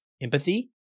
empathy